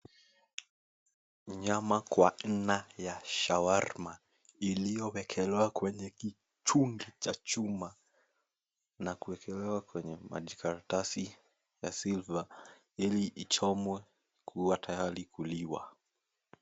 Nyama kwa jina ya shawarma iliyowekelewa kwenye kichungi cha chuma na kuwekelewa kwenye majikaratasi ya silver ili ichomwe kuwa tayari kuliwa.